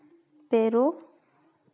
ᱯᱮᱨᱳ